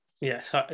yes